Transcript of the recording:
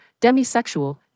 demisexual